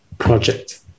project